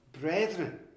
brethren